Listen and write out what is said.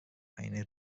eine